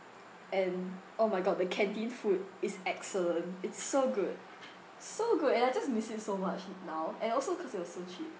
and oh my god the canteen food is excellent it's so good so good and I just miss it so much now and also cause it was so cheap